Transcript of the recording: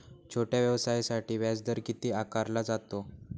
छोट्या व्यवसायासाठी व्याजदर किती आकारला जातो?